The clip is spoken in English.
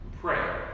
pray